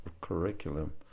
curriculum